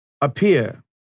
appear